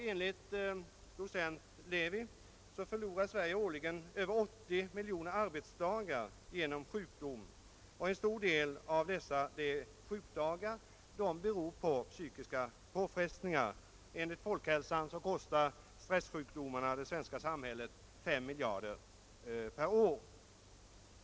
Enligt docent Levi förlorar Sverige årligen över 80 miljoner arbetsdagar genom sjukdom. En stor del av dessa sjukdagar beror på psykiska påfrestningar. Enligt statens institut för folkhälsan kostar stressjukdomarna det svenska samhället 5 miljarder kronor per år.